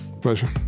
Pleasure